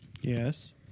Yes